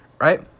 right